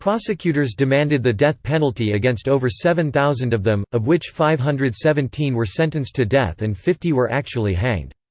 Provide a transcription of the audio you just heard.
prosecutors demanded the death penalty against over seven thousand of them, of which five hundred and seventeen were sentenced to death and fifty were actually hanged.